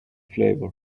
flavor